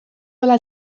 ole